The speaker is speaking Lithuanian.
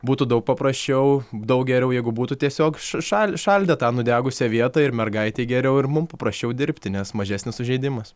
būtų daug paprasčiau daug geriau jeigu būtų tiesiog šal šal šaldę tą nudegusią vietą ir mergaitei geriau ir mum paprasčiau dirbti nes mažesnis sužeidimas